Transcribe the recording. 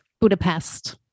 Budapest